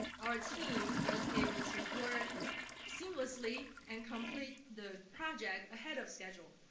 our team was able to work seamlessly and complete the project ahead of schedule.